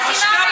תתביישי לך.